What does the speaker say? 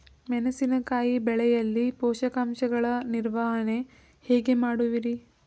ಮೆಣಸಿನಕಾಯಿ ಬೆಳೆಯಲ್ಲಿ ಪೋಷಕಾಂಶಗಳ ನಿರ್ವಹಣೆ ಹೇಗೆ ಮಾಡುವಿರಿ?